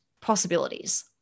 possibilities